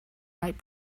might